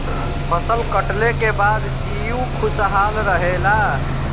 फसल कटले के बाद जीउ खुशहाल रहेला